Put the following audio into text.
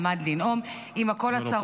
עמד לנאום עם הקול הצרוד.